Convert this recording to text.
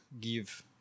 give